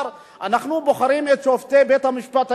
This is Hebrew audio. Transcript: אנחנו בוחרים את שופטי בית-המשפט העליון.